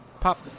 pop